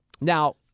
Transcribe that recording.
Now